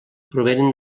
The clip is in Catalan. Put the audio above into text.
provenen